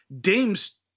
Dame's